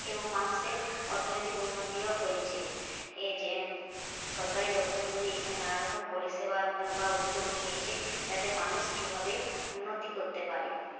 এবং মানুষের অর্থনৈতিক উন্নতিও হয়েছে এযে সরকারি দফতরগুলি এখানে নানা রকম পরিষেবা বা উদ্যোগ নিয়েছে যাতে মানুষ কীভাবে উন্নতি করতে পারে